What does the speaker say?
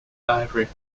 favorite